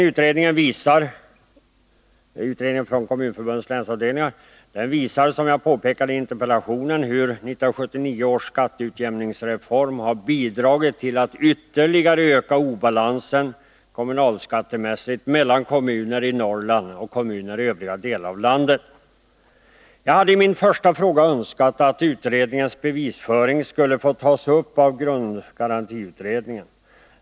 Utredningen från Kommunförbundets länsavdelningar visar, som jag påpekade i interpellationen, hur 1979 års skatteutjämningsreform har bidragit till att ytterligare öka obalansen kommunalskattemässigt mellan kommuner i Norrland och kommuner i övriga delar av landet. Jag hade i min första fråga uttalat önskemål om att utredningens bevisföring skulle få tas upp av grundgarantiutredningen.